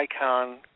Icon